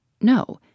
No